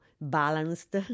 balanced